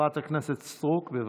חברת הכנסת סטרוק, בבקשה.